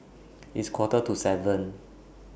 its Quarter to seven